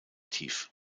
tief